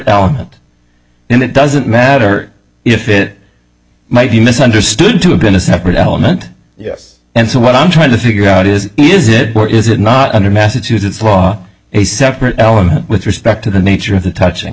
element and it doesn't matter if it might be mis understood to have been a separate element yes and so what i'm trying to figure out is is it or is it not under massachusetts law he separate element with respect to the nature of the touching